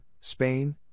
Spain